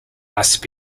must